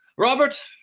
robert,